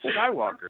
Skywalker